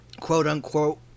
quote-unquote